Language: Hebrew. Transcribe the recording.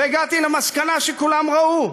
והגעתי למסקנה שכולם ראו: